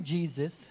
Jesus